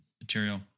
material